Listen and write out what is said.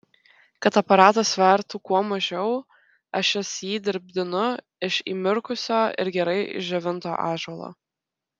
kad aparatas svertų kuo mažiau ašis jį dirbdinu iš įmirkusio ir gerai išdžiovinto ąžuolo